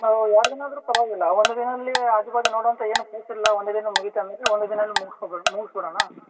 ನಾವು ಎರಡು ದಿನ ಆದರು ಪರವಾಗಿಲ್ಲ ಒಂದು ದಿನಲ್ಲೀ ಆಜು ಬಾಜು ನೋಡೋಂತ ಏನು ಪ್ಲೇಸ್ ಇಲ್ಲ ಒಂದೆ ದಿನ ಮುಗಿಯುತ್ತೆ ಅಂದರೆ ಒಂದೆ ದಿನಲಿ ಮುಗುಸ್ಕೊಂಡು ಬರ್ ಮುಗ್ಸಿ ಬಿಡಣ